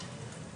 הקרובה.